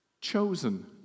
chosen